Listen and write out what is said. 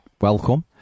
Welcome